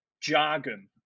jargon